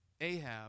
Ahab